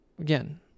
again